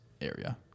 area